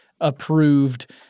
approved